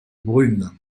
brune